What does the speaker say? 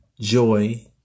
Joy